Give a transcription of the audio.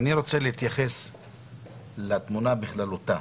אני רוצה להתייחס לתמונה בכללותה,